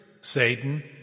Satan